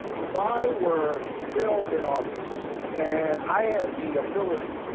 if i were still in office and i had the ability,